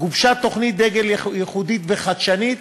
גובשה תוכנית דגל ייחודית וחדשנית,